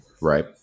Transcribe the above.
Right